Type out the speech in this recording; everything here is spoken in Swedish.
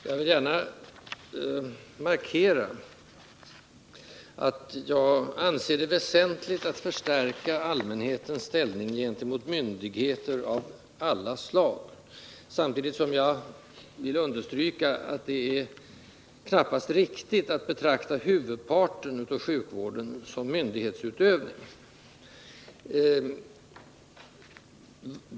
Jag vill markera att jag anser det väsentligt att förstärka allmänhetens ställning gentemot myndigheter av alla slag. Samtidigt vill jag understryka att det knappast är riktigt att betrakta huvudparten av sjukvården som myndighetsutövning.